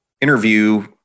interview